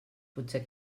potser